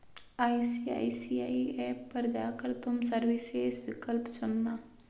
ICICI app पर जा कर तुम सर्विसेस विकल्प चुनना